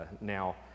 now